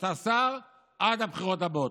אתה שר עד הבחירות הבאות.